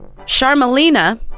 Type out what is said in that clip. Charmelina